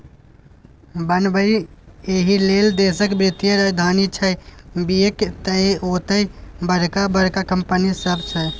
बंबई एहिलेल देशक वित्तीय राजधानी छै किएक तए ओतय बड़का बड़का कंपनी सब छै